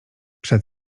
przed